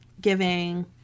giving